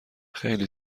خیلی